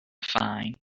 fine